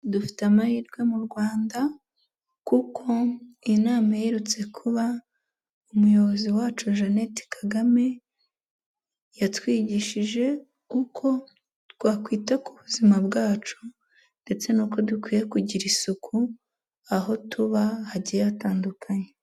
Dufite amahirwe mu Rwanda, kuko inama iherutse kuba umuyobozi wacu Jeannette Kagame yatwigishije uko twakwita ku buzima bwacu, ndetse n'uko dukwiye kugira isuku aho tuba hagiye hatandukanye.